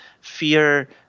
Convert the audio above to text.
fear